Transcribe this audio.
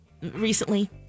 recently